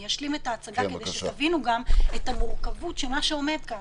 אני אשלים את ההצגה כדי שגם תבינו את המורכבות של מה שעומד כאן.